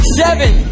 seven